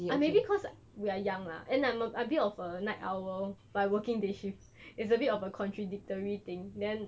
ah maybe cause we are young lah and I'm a I'm a bit of a night owl by working day shift is a bit of a contradictory thing then